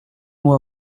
moi